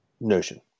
notion